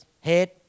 head